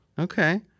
Okay